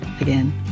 again